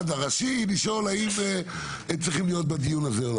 הראשי לשאול האם צריכים להיות בדיון הזה או לא?